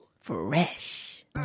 Fresh